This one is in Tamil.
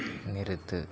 நிறுத்து